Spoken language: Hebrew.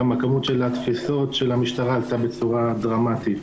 כמות התפיסות של המשטרה עלתה בצורה דרמטית.